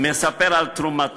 אני פשוט מספר על תרומתו.